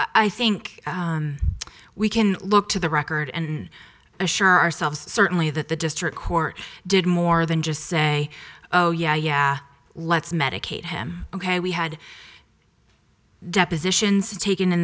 i think we can look to the record and assure ourselves certainly that the district court did more than just say oh yeah yeah let's medicate him ok we had depositions taken in